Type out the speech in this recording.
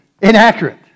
inaccurate